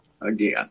again